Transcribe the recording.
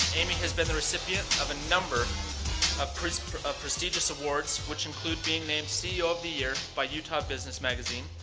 amy has been the recipient of a number ah of prestigious awards which include being named ceo of the year by utah business magazine,